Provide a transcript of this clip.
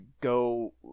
go